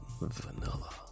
Vanilla